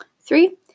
Three